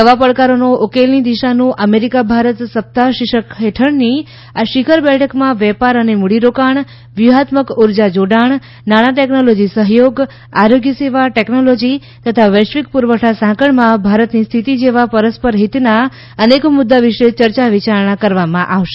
નવા પડકારોનો ઉકેલની દિશાનું અમેરિકા ભારત સપ્તાહ શિર્ષક હેઠળની આ શિખર બેઠકમાં વેપાર અને મૂડીરોકાણ વ્યૂહાત્મક ઉર્જા જોડાણ નાણાંટેકનોલોજી સહયોગ આરોગ્ય સેવા ટેકનોલોજી તથા વૈશ્વિક પુરવઠા સાંકળમાં ભારતની સ્થિતિ જેવા પરસ્પર હિતના અનેક મુદ્દા વિશે ચર્ચા વિયારણા થશે